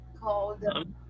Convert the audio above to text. called